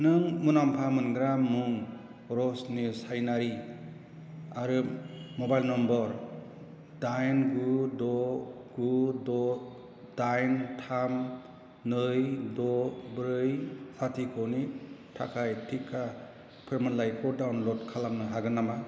नों मुलाम्फा मोनग्रा मुं रसमि सायनारि आरो मबाइल नम्बर दाइन गु द' गु द' दाइन थाम नै द' ब्रै लाथिख'नि थाखाय टिका फोरमानलाइखौ डाउनलड खालामनो हागोन नामा